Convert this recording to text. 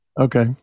Okay